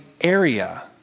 area